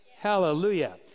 Hallelujah